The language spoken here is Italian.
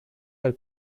dal